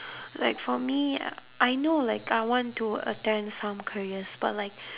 like for me uh I know like I want to attend some careers but like